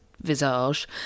visage